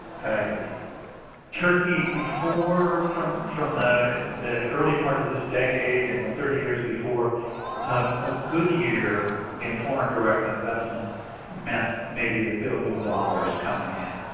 turkey before from from the the early part of this decade and the thirty years before a good year in foreign direct investment meant maybe billion dollars coming in.